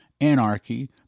anarchy